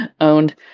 Owned